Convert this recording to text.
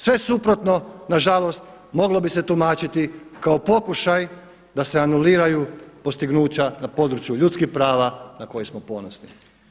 Sve suprotno nažalost moglo bi se tumačiti kao pokušaj da se anuliraju postignuća na području ljudskih prava na koja smo ponosni.